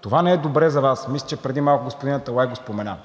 Това не е добре за Вас! Мисля, че преди малко господин Аталай го спомена.